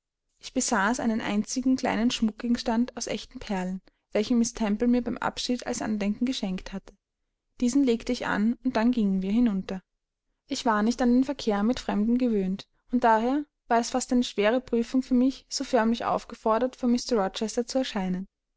ich besaß einen einzigen kleinen schmuckgegenstand aus echten perlen welchen miß temple mir beim abschied als andenken geschenkt hatte diesen legte ich an und dann gingen wir hinunter ich war nicht an den verkehr mit fremden gewöhnt und daher war es fast eine schwere prüfung für mich so förmlich aufgefordert vor mr rochester zu erscheinen